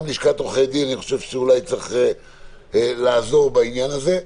גם לשכת עורכי הדין אולי צריך לעזור בעניין הזה.